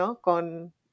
con